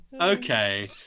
Okay